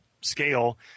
scale